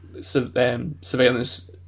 surveillance